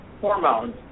hormones